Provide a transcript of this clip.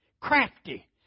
crafty